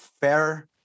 fair